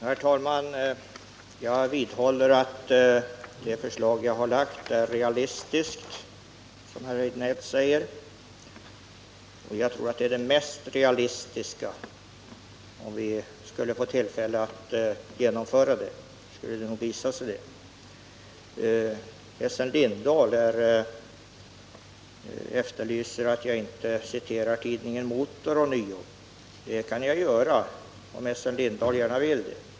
Herr talman! Jag vidhåller, Eric Rejdnell, att det förslag som jag har lagt fram är realistiskt, och skulle det genomföras tror jag att det skulle visa sig vara det mest realistiska. Essen Lindahl sade att jag inte på nytt citerade tidningen Motor. Men det kan jag göra, om Essen Lindahl gärna vill det.